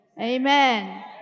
Amen